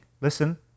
listen